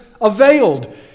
availed